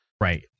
Right